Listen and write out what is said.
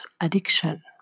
addiction